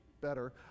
better